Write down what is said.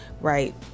right